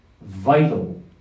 vital